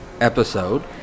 episode